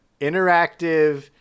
interactive